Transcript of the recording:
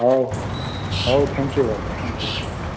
ହଉ ହଉ ହଉ ହଉ ଥ୍ୟାଙ୍କ୍ ୟୁ ଭାଇ ଥ୍ୟାଙ୍କ୍ ୟୁ ହଁ